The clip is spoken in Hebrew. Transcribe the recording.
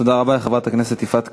תודה רבה לחברת הכנסת יפעת קריב.